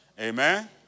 Amen